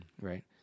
Right